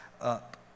up